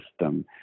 system